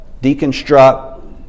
deconstruct